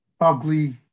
ugly